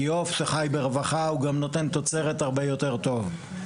כי עוף שחי ברווחה נותן תוצרת יותר טובה.